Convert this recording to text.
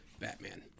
batman